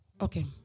okay